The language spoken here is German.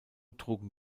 trugen